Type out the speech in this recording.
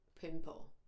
pimple